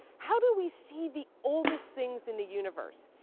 how do we see the oldest things in the universe?